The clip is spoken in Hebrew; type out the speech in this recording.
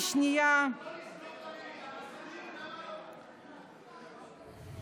בואו נסגור את המליאה, נעשה דיון.